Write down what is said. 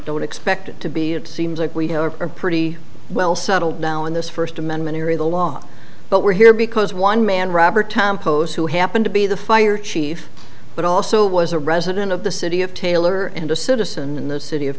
don't expect it to be it seems like we are pretty well settled now in this first amendment here in the law but we're here because one man robert tom pows who happened to be the fire chief but also was a resident of the city of taylor and a citizen in the city of